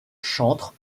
chantre